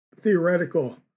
theoretical